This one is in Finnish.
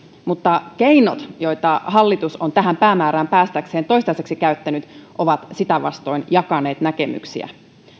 mutta keinot joita hallitus on tähän päämäärään päästäkseen toistaiseksi käyttänyt ovat sitä vastoin jakaneet näkemyksiä